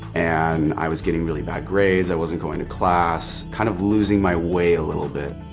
and i was getting really bad grades, i wasn't going to class, kind of losing my way a little bit.